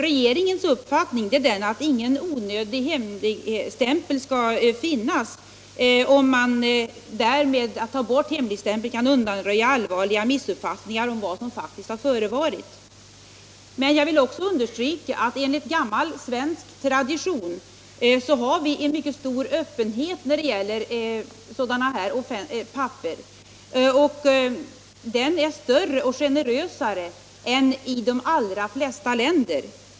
Regeringens uppfattning är att ingen onödig hemligstämpel skall finnas, om man med att ta bort hemligstämpeln kan undanröja allvarliga missuppfattningar om vad som faktiskt förevarit. Men jag vill också understryka att enligt gammal svensk tradition har vi en mycket stor öppenhet när det gäller sådana här handlingar. Den är större och generösare än i de allra flesta länder.